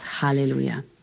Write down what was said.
Hallelujah